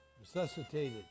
resuscitated